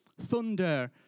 thunder